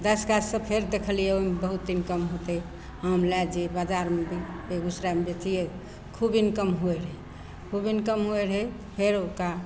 दस गाछसे फेर देखलिए ओहिमे बहुत इनकम होतै आम लै जैए बजारमे बेगूसरायमे बेचिए खूब इनकम होइ रहै खूब इनकम होइ रहै फेर ओकरा